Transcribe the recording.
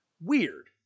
Weird